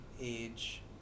age